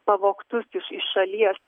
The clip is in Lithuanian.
pavogtus iš iš šalies